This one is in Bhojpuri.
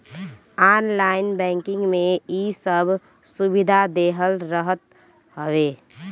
ऑनलाइन बैंकिंग में इ सब सुविधा देहल रहत हवे